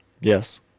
Yes